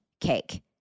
cake